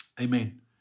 Amen